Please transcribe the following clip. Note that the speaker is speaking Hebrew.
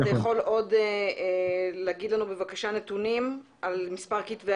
האם אתה יכול לתת לנו נתונים על מספר כתבי